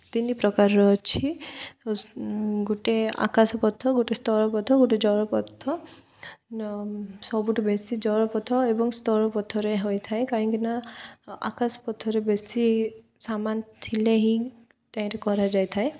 ତିନି ପ୍ରକାରର ଅଛି ଗୋଟେ ଆକାଶପଥ ଗୋଟେ ସ୍ଥଳପଥ ଗୋଟେ ଜଳପଥ ସବୁଠୁ ବେଶି ଜଳପଥ ଏବଂ ସ୍ଥଳପଥରେ ହୋଇଥାଏ କାହିଁକିନା ଆକାଶ ପଥରେ ବେଶି ସାମାନ ଥିଲେ ହିଁ ତାହିଁରେ କରାଯାଇଥାଏ